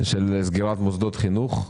מוסדות חינוך.